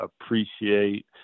appreciate